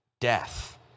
death